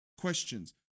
questions